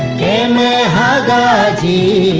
da and da da da